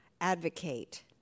advocate